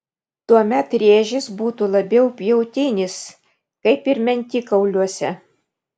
tuomet rėžis būtų labiau pjautinis kaip ir mentikauliuose